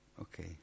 Okay